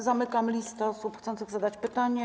Zamykam listę osób chcących zadać pytanie.